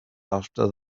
after